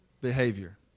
behavior